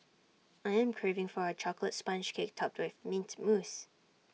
I am craving for A Chocolate Sponge Cake Topped with Mint Mousse